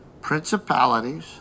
principalities